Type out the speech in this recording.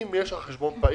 אם יש לך חשבון פעיל